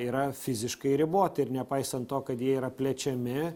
yra fiziškai riboti ir nepaisant to kad jie yra plečiami